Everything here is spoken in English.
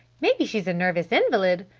maybe she's a nervous invalid!